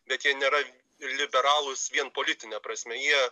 bet jie nėra liberalūs vien politine prasme jie